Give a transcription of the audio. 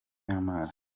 n’amazi